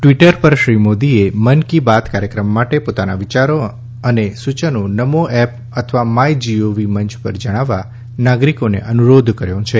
Twitter પર શ્રી મોદીએ મન કી બાત કાર્યક્રમ માટે પોતાના વિચારો અને સૂચનો નમો એપ અથવા માય જીઓવી મંચ પર જણાવવા નાગરિકોને અનુરોધ કર્યો છે